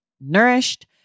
nourished